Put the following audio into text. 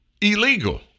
illegal